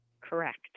Correct